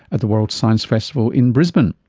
at the world science festival in brisbane.